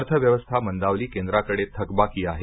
अर्थव्यवस्था मंदावली केंद्राकडे थकबाकी आहे